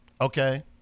okay